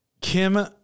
Kim